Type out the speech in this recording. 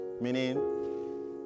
Meaning